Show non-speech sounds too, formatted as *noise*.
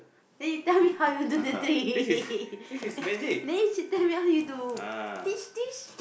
then you tell me how you do the thing *laughs* then you should tell me how you do teach teach